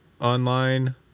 online